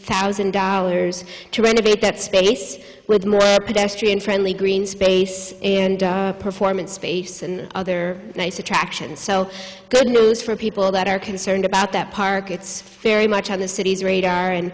thousand dollars to renovate that space with more pedestrian friendly green space and performance space and other nice attractions so good news for people that are concerned about that park it's very much on the city's radar and